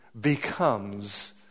becomes